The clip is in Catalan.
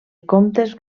comptes